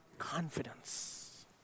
confidence